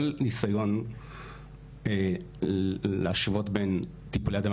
כל ניסיון להשוות בין טיפולי התאמה